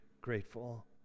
grateful